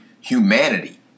humanity